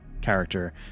character